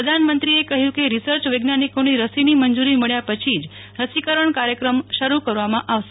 પ્રધાનમંત્રીએકહ્યુંકે રિર્સય વૈજ્ઞાનિકોની રસીની મંજૂરીમળ્યા પછી જ રસીકરણ કાર્યક્રમ શરૂ કરવામાં આવશે